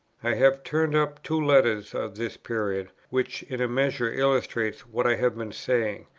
i have turned up two letters of this period, which in a measure illustrate what i have been saying.